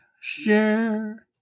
share